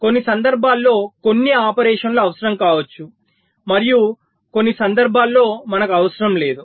కొన్ని సందర్భాల్లో కొన్ని ఆపరేషన్లు అవసరం కావచ్చు మరియు కొన్ని సందర్భాల్లో మనకు అవసరం లేదు